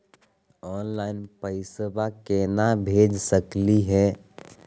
Online पैसवा केना भेज सकली हे?